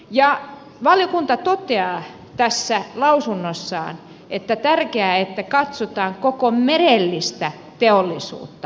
ja valiokunta toteaa tässä lausunnossaan että on tärkeää että katsotaan koko merellistä teollisuutta